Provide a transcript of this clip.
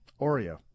Oreo